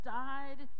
died